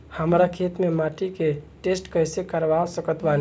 हमरा खेत के माटी के टेस्ट कैसे करवा सकत बानी?